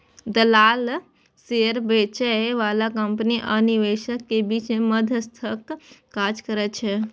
दलाल शेयर बेचय बला कंपनी आ निवेशक के बीच मध्यस्थक काज करै छै